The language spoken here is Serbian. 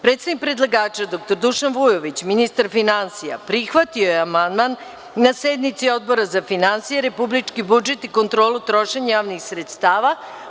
Predsednik predlagača dr Dušan Vujović, ministar finansija, prihvatio je amandman na sednici Odbora za finansije, republički budžet i kontrolu trošenja javnih sredstava.